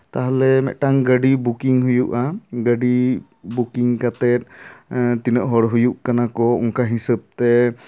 ᱛᱟᱦᱞᱮ ᱢᱤᱫᱴᱟᱝ ᱜᱟᱹᱰᱤ ᱵᱩᱠᱤᱝ ᱦᱩᱭᱩᱜᱼᱟ ᱜᱟᱹᱰᱤ ᱵᱩᱠᱤᱝ ᱠᱟᱛᱮᱫ ᱛᱤᱱᱟᱹᱜ ᱦᱚᱲ ᱦᱩᱭᱩᱜ ᱠᱟᱱᱟ ᱠᱚ ᱚᱱᱠᱟ ᱦᱤᱥᱟᱹᱵ ᱛᱮ